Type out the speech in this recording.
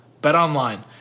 BetOnline